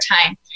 time